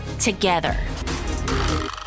together